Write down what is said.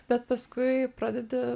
bet paskui pradedi